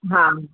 हा